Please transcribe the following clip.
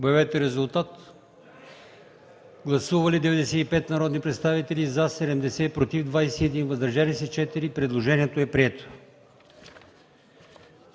Димитров лица. Гласували 79 народни представители: за 77, против 1, въздържал се 1. Предложението е прието.